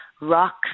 rock